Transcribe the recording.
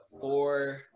four